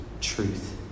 truth